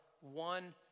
one